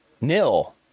NIL